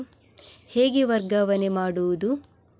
ಹೇಗೆ ವರ್ಗಾವಣೆ ಮಾಡುದು?